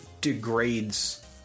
degrades